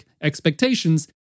expectations